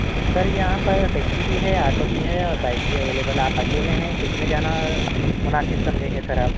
سر یہاں پر ٹیکسی بھی ہے آٹو بھی ہے اور بائک بھی اویلیبل آپ اکیلے ہیں کس میں جانا مناسب سمجھیں گے سر آپ